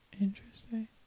Interesting